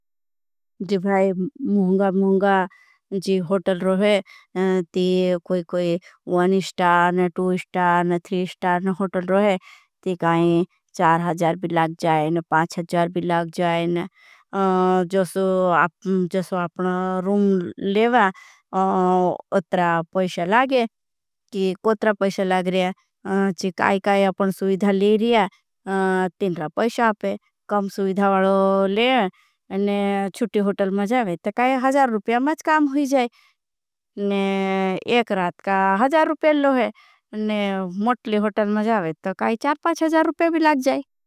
मुहंगा मुहंगा जी होटल रोहे कोई कोई एस्टान टूइस्टान थ्रीस्टान। होटल रोहे ते काई चार हाँजार भी लाग जाएन पांच हाँजार भी लाग। जाएन जोसु आपना रूम लेवा। उत्रा पैशा लागे कि कोई कौई आपना सुविधा ले रिया तीनरा पैशा। अपे कम सुविधा वालो ले और चुटी होटल में। जाएं ते काई हाँजार रुपया माझ काम हुई जाएं एक रात का। हाँजार रुपया लोहे मोटली ह अजार रुपयों भी लाग जाएं।